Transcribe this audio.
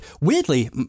weirdly